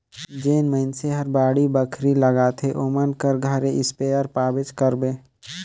जेन मइनसे हर बाड़ी बखरी लगाथे ओमन कर घरे इस्पेयर पाबेच करबे